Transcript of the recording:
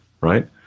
right